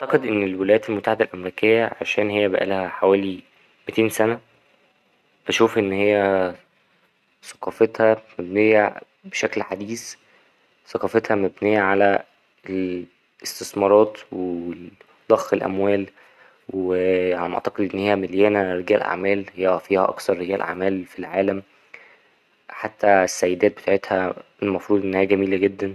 أعتقد إن الولايات المتحدة الأمريكية عشان هي بقالها حوالي متين سنة بشوف إن هي ثقافتها مبنيه بشكل حديث ثقافتها مبنيه على الإستثمارات و ضخ الأموال و على ما أعتقد إن هي مليانة رجال أعمال هي فيها أكثر رجال أعمال في العالم حتى السيدات بتاعتها المفروض إن هي جميلة جدا.